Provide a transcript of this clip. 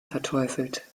verteufelt